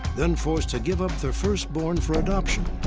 then forced to give up their first born for adoption.